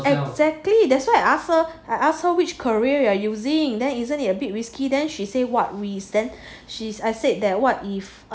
exactly that's why I ask her I ask her which courier you are using then isn't it a bit risky then she say what risk then I said that what if